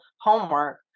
homework